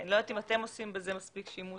אני לא יודעת אם אתם עושים בזה מספיק שימוש.